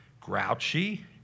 grouchy